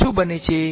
આ શું બને છે